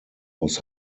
was